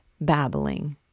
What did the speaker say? babbling